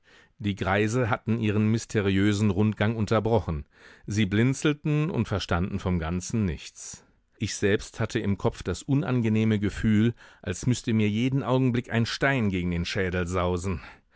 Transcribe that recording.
die greise hatten ihren mysteriösen rundgang unterbrochen sie blinzelten und verstanden vom ganzen nichts ich selbst hatte im kopf das unangenehme gefühl als müßte mir jeden augenblick ein stein gegen den schädel sausen